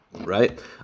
Right